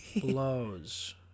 Blows